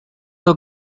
del